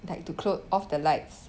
like to close off the lights